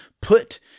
put